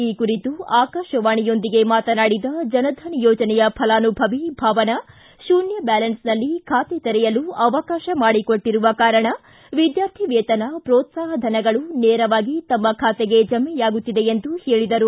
ಈ ಕುರಿತು ಆಕಾಶವಾಣಿಯೊಂದಿಗೆ ಮಾತನಾಡಿದ ಜನಧನ್ ಯೋಜನೆಯ ಫಲಾನುಭವಿ ಭಾವನಾ ಶೂನ್ಯ ಬ್ಡಾರೆನ್ಸ್ನಲ್ಲಿ ಖಾತೆ ತೆರೆಯಲು ಅವಕಾಶ ಮಾಡಿಕೊಟ್ಟರುವ ಕಾರಣ ವಿದ್ಯಾರ್ಥಿ ವೇತನ ಪ್ರೋತ್ಸಾಹಧನಗಳು ನೇರವಾಗಿ ತಮ್ನ ಖಾತೆಗೆ ಜಮೆಯಾಗುತ್ತಿವೆ ಎಂದು ಹೇಳಿದರು